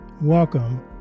Welcome